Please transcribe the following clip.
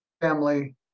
family